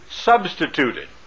substituted